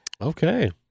Okay